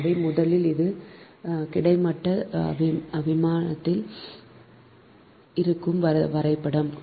எனவே முதலில் அது கிடைமட்ட விமானத்தில் இருக்கும் வரைபடம்